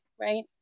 Right